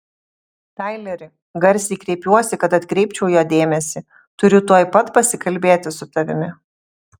taileri garsiai kreipiuosi kad atkreipčiau jo dėmesį turiu tuoj pat pasikalbėti su tavimi